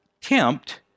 tempt